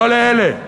לא לאלה.